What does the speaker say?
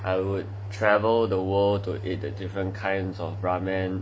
I would travel the world to eat the different kinds of ramen